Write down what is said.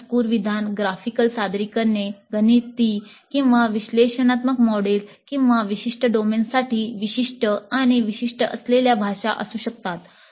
ते मजकूर विधान ग्राफिकल सादरीकरणे गणिती किंवा विश्लेषणात्मक मॉडेल किंवा विशिष्ट डोमेनसाठी विशिष्ट आणि विशिष्ट असलेल्या भाषा असू शकतात